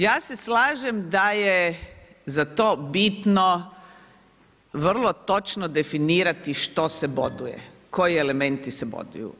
Ja se slažem da je za to bitno vrlo točno definirati što se boduje, koji elementi se boduju.